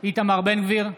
איתמר בן גביר,